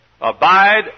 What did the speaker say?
Abide